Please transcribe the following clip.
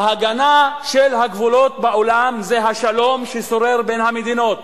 ההגנה של הגבולות בעולם זה השלום ששורר בין המדינות.